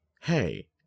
Hey